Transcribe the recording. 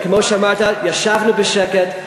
כמו שאמרת, ישבנו בשקט.